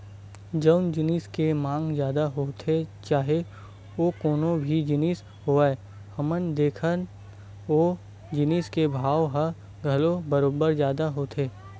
जउन जिनिस के मांग जादा होथे चाहे ओ कोनो भी जिनिस होवय हमन देखथन ओ जिनिस के भाव ह घलो बरोबर जादा होथे